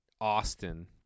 Austin